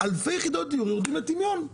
אלפי יחידות דיור יורדות לטמיון.